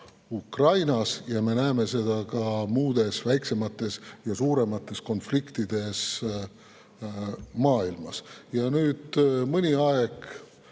Ukrainas ja me näeme seda ka muudes, väiksemates ja suuremates konfliktides maailmas. Nüüd mõni aeg